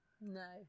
No